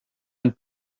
and